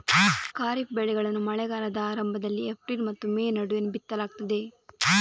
ಖಾರಿಫ್ ಬೆಳೆಗಳನ್ನು ಮಳೆಗಾಲದ ಆರಂಭದಲ್ಲಿ ಏಪ್ರಿಲ್ ಮತ್ತು ಮೇ ನಡುವೆ ಬಿತ್ತಲಾಗ್ತದೆ